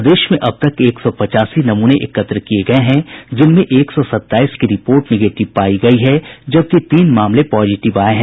प्रदेश में अब तक एक सौ पचासी नमूने एकत्र किये गये हैं जिनमें एक सौ सत्ताईस की रिपोर्ट निगेटिव पायी गयी है जबकि तीन मामले पॉजिटिव आये हैं